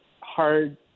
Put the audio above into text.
hard